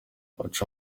baca